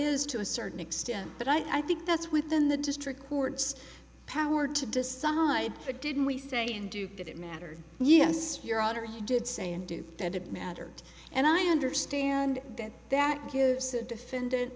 is to a certain extent but i think that's within the district courts power to decide for didn't we say and do did it matter yes your honor he did say and do that it mattered and i understand that that gives the defendant